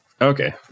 Okay